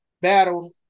battle